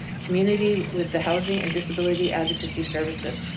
community with the housing and disability advocacy services.